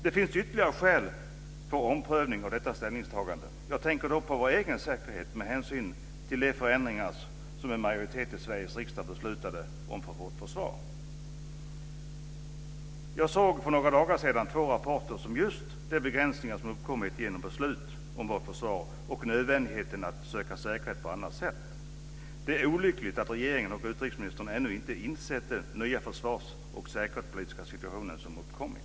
Det finns ytterligare skäl för omprövning av detta ställningstagande. Jag tänker då på vår egen säkerhet med hänsyn till de förändringar som en majoritet i Sveriges riksdag beslutat om för vårt försvar. Jag såg för några dagar sedan två rapporter om just de begränsningar som uppkommit genom beslutet om vårt försvar och nödvändigheten att söka säkerhet på annat sätt. Det är olyckligt att regeringen och utrikesministern ännu inte insett den nya försvars och säkerhetspolitiska situation som uppkommit.